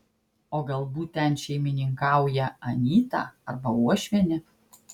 o galbūt ten šeimininkauja anyta arba uošvienė